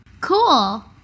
Cool